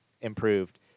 improved